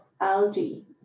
algae